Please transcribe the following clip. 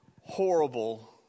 horrible